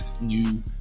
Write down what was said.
new